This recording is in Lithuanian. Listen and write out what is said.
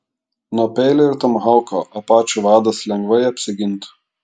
nuo peilio ir tomahauko apačių vadas lengvai apsigintų